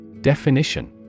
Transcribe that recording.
Definition